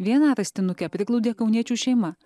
vieną rastinukę priglaudė kauniečių šeima